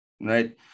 Right